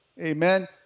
amen